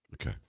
Okay